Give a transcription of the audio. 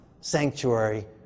sanctuary